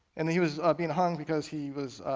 and he was being hung because he was